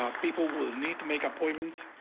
um people will need to make appointments.